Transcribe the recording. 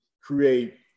create